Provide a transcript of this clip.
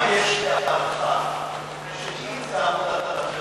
למה יש לי הערכה שאם תעמוד על הפרק